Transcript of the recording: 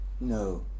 No